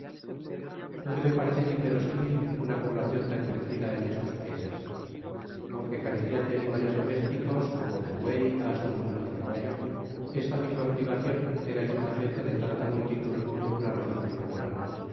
ne debe parecer inverisimil una poblacion tan crecida en estos paises aunque carecian de animales domésticos como del buey asno mula y caballo esta misma privacion era el fundamento de tanta multitud por una razon muy natural